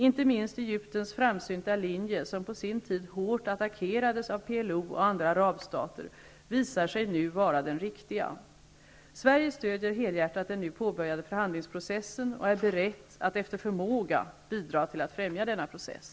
Inte minst Egyptens framsynta linje som på sin tid hårt attackerades av PLO och andra arabstater visar sig nu vara den riktiga. Sverige stödjer helhjärtat den nu påbörjade förhandlingsprocessen och är berett att efter förmåga bidra till att främja denna process.